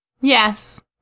Yes